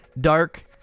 Dark